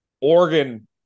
Oregon